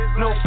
no